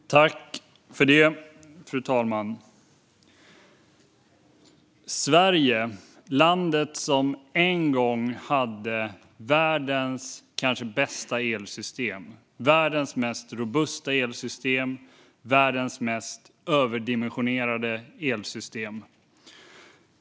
Genomförande av elmarknadsdirektivet när det gäller nät-verksamhet Fru talman! Sverige är landet som en gång hade världens kanske bästa elsystem, världens mest robusta elsystem och världens mest överdimensionerade elsystem.